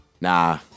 Nah